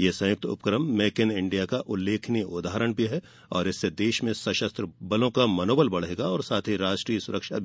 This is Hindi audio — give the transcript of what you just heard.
यह संयुक्त उपक्रम मेक इन इंडिया का उल्लेखनीय उदाहरण भी है और इससे देश में सशस्त्र बलों का मनोबल बढ़ेगा तथा राष्ट्रीय सुरक्षा